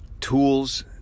tools